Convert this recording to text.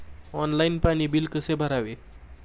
Online पाणी bill कसे भरावे?